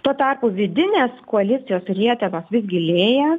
tuo tarpu vidinės koalicijos rietenos vis gilėja